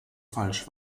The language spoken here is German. falsch